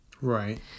Right